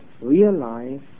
realize